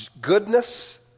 goodness